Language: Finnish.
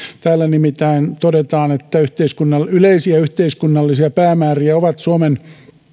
täällä nimittäin todetaan että yleisiä yhteiskunnallisia päämääriä ovat suomen